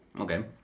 Okay